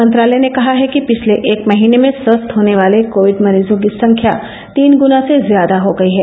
मंत्रालय ने कहा है कि पिछले एक महीने में स्वस्थ होने वार्ल कोविड मरीजों की संख्या तीन गुना से ज्यादा हो गई है